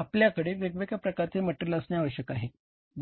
आपल्याकडे वेगवेगळ्या प्रकारचे मटेरियल असणे आवश्यक आहे बरोबर